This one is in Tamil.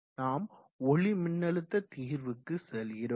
நாம் ஒளி மின்னழுத்த தீர்வுக்கு செல்கிறோம்